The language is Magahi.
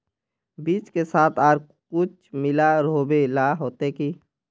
बीज के साथ आर कुछ मिला रोहबे ला होते की?